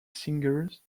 singers